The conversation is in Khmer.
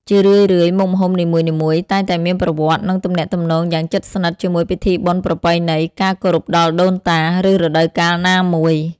ជារឿយៗ មុខម្ហូបនីមួយៗតែងតែមានប្រវត្តិ និងទំនាក់ទំនងយ៉ាងជិតស្និទ្ធជាមួយពិធីបុណ្យប្រពៃណី ការគោរពដល់ដូនតា ឬរដូវកាលណាមួយ។